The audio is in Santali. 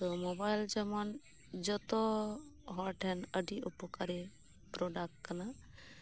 ᱛᱳ ᱢᱳᱵᱟᱭᱤᱞ ᱡᱮᱢᱚᱱ ᱡᱚᱛᱚ ᱦᱚᱲ ᱴᱷᱮᱱ ᱟᱹᱰᱤ ᱩᱯᱚᱠᱟᱨᱤ ᱯᱨᱚᱰᱟᱠ ᱠᱟᱱᱟ